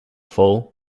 fall